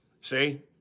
See